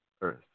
Earth